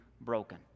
broken